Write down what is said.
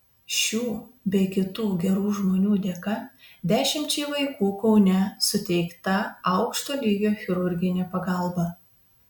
šių bei kitų gerų žmonių dėka dešimčiai vaikų kaune suteikta aukšto lygio chirurginė pagalba